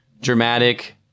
dramatic